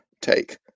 take